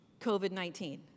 COVID-19